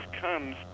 comes